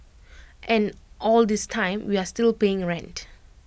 and all this time we are still paying rent